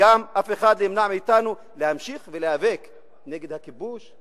וגם אף אחד לא ימנע מאתנו להמשיך ולהיאבק נגד הכיבוש,